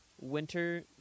Winter